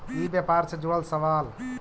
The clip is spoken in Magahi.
ई व्यापार से जुड़ल सवाल?